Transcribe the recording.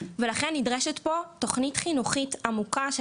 לכן נדרשת פה תוכנית חינוכית עמוקה של